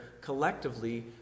collectively